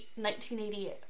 1988